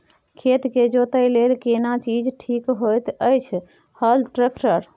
खेत के जोतय लेल केना चीज ठीक होयत अछि, हल, ट्रैक्टर?